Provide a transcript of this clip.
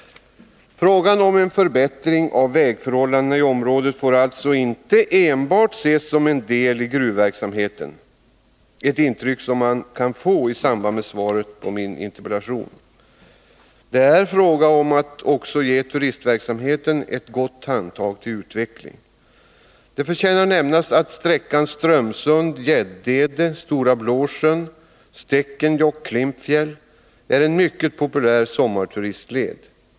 Frågan om en förbättring av vägförhållandena i området får alltså inte enbart ses som en del av gruvverksamheten, ett intryck som man kan få av svaret på min interpellation. Det här är också fråga om att ge turistverksamheten ett gott handtag till utveckling. Det förtjänar nämnas att sträckan Strömsund-Gäddede-Stora Blåsjön-Stekenjokk-Klimpfjäll är en mycket populär sommarturistled.